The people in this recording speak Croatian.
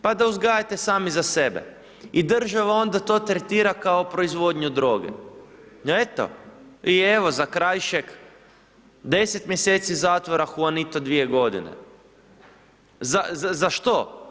Pa da uzgajate sami za sebe i država onda to tretira kao proizvodnju droge, eto i evo, Zakrajšek 10 mjeseci zatvora, Huanito dvije godine, za što?